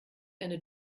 eine